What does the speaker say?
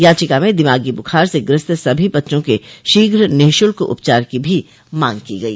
याचिका में दिमागी बुखार से ग्रस्त सभी बच्चों के शीघ्र निःशुल्क उपचार की भी मांग की गई